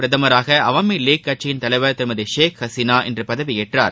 பிரதமராக அவாமி லீக் கட்சியின் தலைவர் திருமதி ஷேக் ஹசினா இன்று பங்களாதேஷ் பதவியேற்றார்